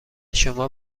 شما